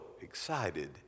excited